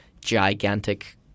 gigantic